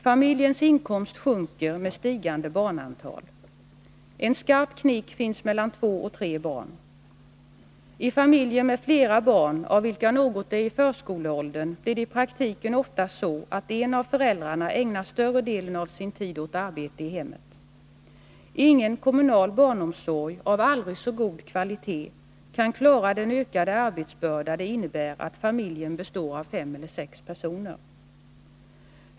Familjens inkomst sjunker med stigande barnantal. En skarp knick finns mellan två och tre barn. I familjer med flera barn, av vilket något är i förskoleåldern, blir det i praktiken ofta så att en av föräldrarna ägnar större delen av sin tid åt arbete i hemmet. Ingen kommunal barnomsorg av aldrig så god kvalitet kan klara den ökade arbetsbörda som det innebär att familjen består av fem eller sex personer.